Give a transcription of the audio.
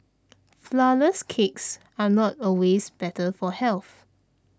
Flourless Cakes are not always better for health